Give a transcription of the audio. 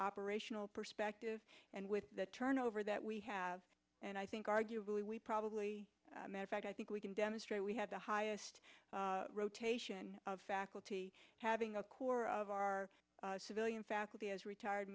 operational perspective and with the turnover that we have and i think arguably we probably matter fact i think we can demonstrate we have the highest rotation of faculty having a core of our civilian faculty as retired